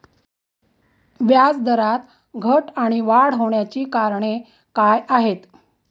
व्याजदरात घट आणि वाढ होण्याची कारणे काय आहेत?